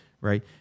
right